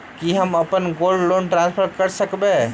की हम अप्पन gold loan transfer करऽ सकबै?